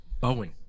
Bowen